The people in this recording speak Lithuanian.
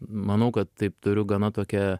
manau kad taip turiu gana tokią